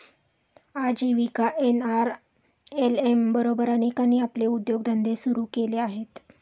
आजीविका एन.आर.एल.एम बरोबर अनेकांनी आपले उद्योगधंदे सुरू केले आहेत